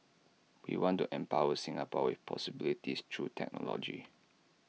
we want to empower Singapore with possibilities through technology